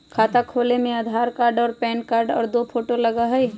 खाता खोले में आधार कार्ड और पेन कार्ड और दो फोटो लगहई?